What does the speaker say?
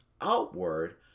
outward